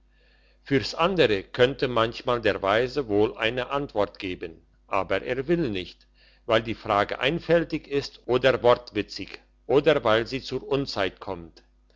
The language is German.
fürs andere könnte manchmal der weise wohl eine antwort geben aber er will nicht weil die frage einfältig ist oder wortwitzig oder weil sie zur unzeit kommt